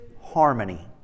harmony